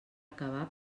acabar